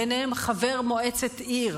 ביניהם חבר מועצת העיר.